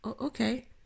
okay